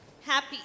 happy